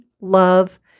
Love